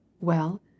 Well